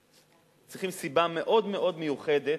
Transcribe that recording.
צריכים סיבה מאוד מאוד מיוחדת,